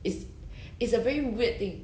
it's it's a very weird thing